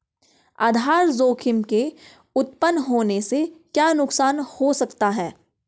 आधार जोखिम के उत्तपन होने से क्या नुकसान हो सकता है?